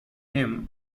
him